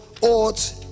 ought